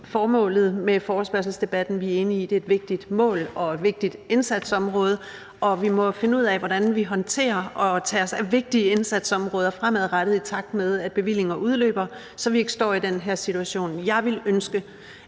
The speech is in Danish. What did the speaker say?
formålet med forespørgselsdebatten. Vi er enige i, at det er et vigtigt mål og et vigtigt indsatsområde, og vi må jo finde ud af, hvordan vi håndterer vigtige indsatsområder fremadrettet, i takt med at bevillinger udløber, så vi ikke står i den her situation. Jeg ville ønske,